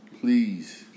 Please